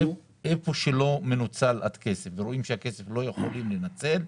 היכן שלא מנוצל הכסף ורואים שלא יכולים לנצל אותו,